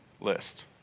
list